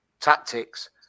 tactics